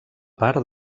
part